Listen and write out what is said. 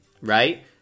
right